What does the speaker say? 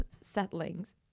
Settlings